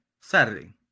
Saturday